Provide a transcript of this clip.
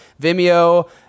Vimeo